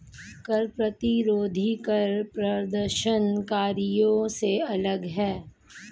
कर प्रतिरोधी कर प्रदर्शनकारियों से अलग हैं